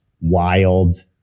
wild